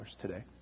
today